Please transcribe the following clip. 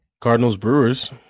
Cardinals-Brewers